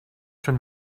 schon